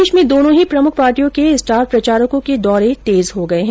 प्रदेश में दोनों ही प्रमुख पार्टियों के स्टार प्रचारकों के दौरे तेज हो गए हैं